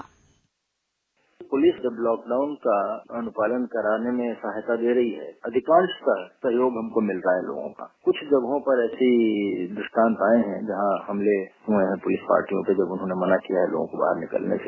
bite police जब lockdown का अनुपालन कराने में सहायता ले रही है अधिकांश का सहयोग हमको मिल रहा है लोगों का कुछ जगहों पर ऐसे दृष्टांत आये हैं जहां हमले हुए है पुलिसकर्मियों के जब उन्होंने मना किया है लोगों के बाहर निकलने से